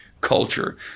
culture